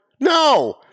No